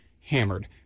hammered